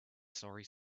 sorry